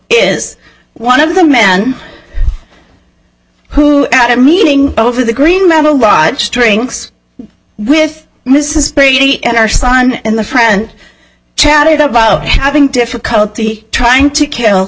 is one of the men who at a meeting over the green meadow ride strings with mrs brady and our son and the friend chatted about having difficulty trying to kill